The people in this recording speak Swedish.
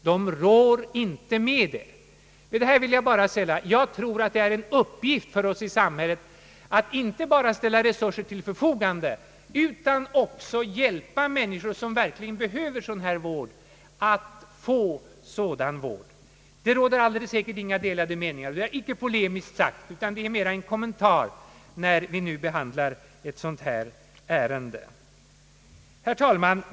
De orkar inte med den saken. Jag tror att det är en uppgift för samhället att inte bara ställa resurser till förfogande utan att också hjälpa människor som verkligen behöver vård att få denna vård. Det råder alldeles säkert inga delade meningar härom. Detta är inte polemiskt sagt utan mera en kommentar när vi nu behandlar detta ärende.